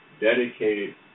dedicated